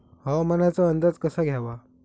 हवामानाचा अंदाज कसा घ्यावा?